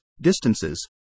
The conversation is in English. distances